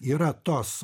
yra tos